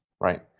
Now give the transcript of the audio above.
right